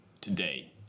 today